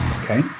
Okay